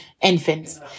infants